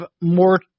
more